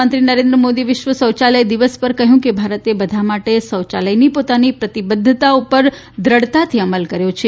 પ્રધાનમંત્રી નરેન્દ્ર મોદીએ વિશ્વ શૌચાલય દિવસ પર કહ્યું કે ભારતે બધા માટે શૌચાલયનાં પોતાની પ્રતિબધ્ધતા ઉપર દઢતાથી અમલ કર્યો છે